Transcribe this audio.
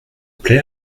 plait